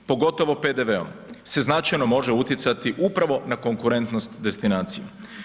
Pogotovo PDV-om se značajno može utjecati upravo na konkurentnost destinacije.